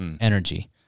energy